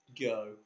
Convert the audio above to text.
Go